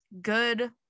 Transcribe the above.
good